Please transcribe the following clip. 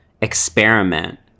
Experiment